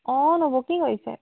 অঁ নবৌ কি কৰিছে